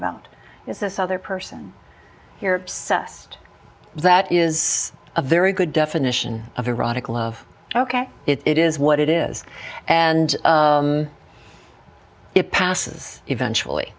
about is this other person you're obsessed that is a very good definition of erotic love ok it is what it is and it passes eventually